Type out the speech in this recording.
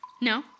No